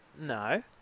no